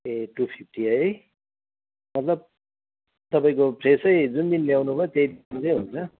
ए two fifty है मतलब तपाईँको फ्रेसै जुन दिन ल्याउनु भयो त्यही दिनकै हुन्छ